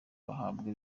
bahabwa